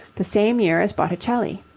the same year as botticelli.